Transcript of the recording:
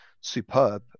superb